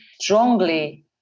strongly